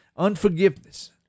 Unforgiveness